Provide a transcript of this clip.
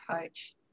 coach